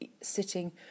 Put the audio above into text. sitting